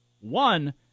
One